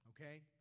okay